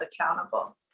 accountable